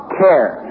care